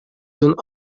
zones